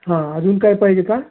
हां अजून काही पाहिजे का